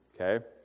Okay